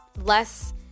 less